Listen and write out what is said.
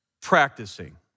practicing